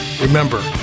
remember